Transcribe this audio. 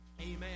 Amen